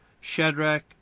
Shadrach